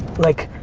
like,